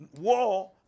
war